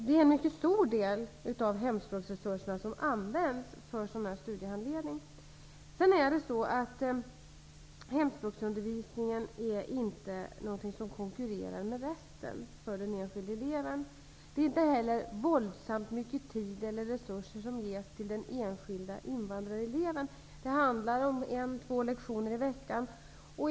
Det är en mycket stor del av hemspråksresurserna som används för studiehandledning. Hemspråksundervisningen konkurrerar inte med resten av undervisningen för den enskilde eleven. Det ges inte heller våldsamt mycket tid eller resurser till den enskilde invandrareleven. Det handlar om en eller två lektioner i veckan.